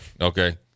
Okay